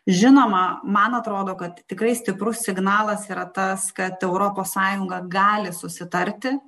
žinoma man atrodo kad tikrai stiprus signalas yra tas kad europos sąjunga gali susitarti